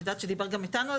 דיבר גם אתנו על זה.